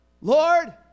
Lord